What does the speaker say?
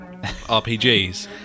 rpgs